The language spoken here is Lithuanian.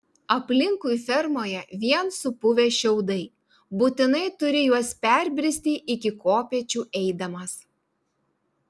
aplinkui fermoje vien supuvę šiaudai būtinai turi juos perbristi iki kopėčių eidamas